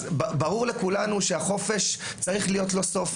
ברור לכולנו שהחופש צריך להיות לו סוף.